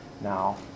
now